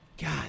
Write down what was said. God